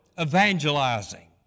evangelizing